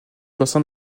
bassin